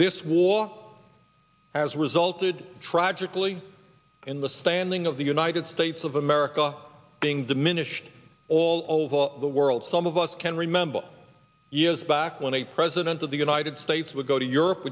this war has resulted tragically in the standing of the united states of america being diminished all over the world some of us can remember years back when a president of the united states would go to europe